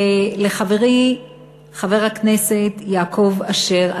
לחברי חבר הכנסת יעקב אשר,